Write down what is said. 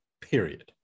period